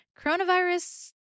Coronavirus